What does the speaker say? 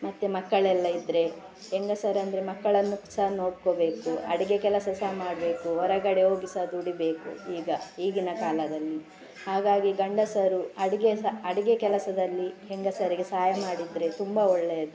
ಮತ್ತು ಮಕ್ಕಳೆಲ್ಲ ಇದ್ದರೆ ಹೆಂಗಸರೆಂದ್ರೆ ಮಕ್ಕಳನ್ನು ಸಹ ನೋಡ್ಕೊಳ್ಬೇಕು ಅಡುಗೆ ಕೆಲಸ ಸಹ ಮಾಡಬೇಕು ಹೊರಗಡೆ ಹೋಗಿ ಸಹ ದುಡಿಬೇಕು ಈಗ ಈಗಿನ ಕಾಲದಲ್ಲಿ ಹಾಗಾಗಿ ಗಂಡಸರು ಅಡುಗೆ ಸಹ ಅಡುಗೆ ಕೆಲಸದಲ್ಲಿ ಹೆಂಗಸರಿಗೆ ಸಹಾಯ ಮಾಡಿದರೆ ತುಂಬ ಒಳ್ಳೆಯದು